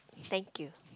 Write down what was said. thank you